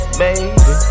baby